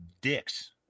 dicks